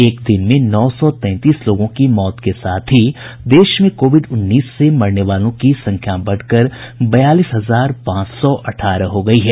एक दिन में नौ सौ तैंतीस लोगों की मौत के साथ ही देश में कोविड उन्नीस से मरने वालों की संख्या बढ़कर बयालीस हजार पांच सौ अठारह हो गयी है